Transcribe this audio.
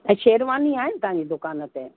ऐं शेरवानी आहिनि तव्हांजी दुकान ते